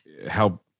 help